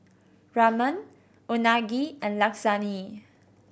Ramen Unagi and Lasagne